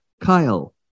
Kyle